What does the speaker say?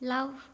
Love